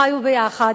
30 השנה שהם חיו יחד,